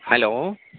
hello